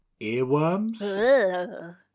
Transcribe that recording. earworms